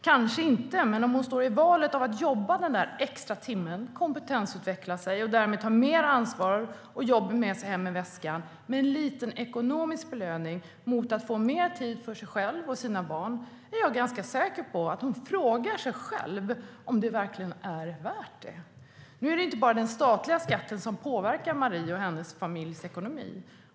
Kanske är det så, men om hon står i valet mellan att å ena sidan jobba den där extra timmen, kompetensutveckla sig och därmed ta mer ansvar och jobb med sig hem i väskan för en liten ekonomisk belöning och å andra sidan få mer tid för sig själv och sina barn är jag ganska säker på att hon frågar sig själv om det verkligen är värt det. Nu är det inte bara den statliga skatten som påverkar Maries och hennes familjs ekonomi.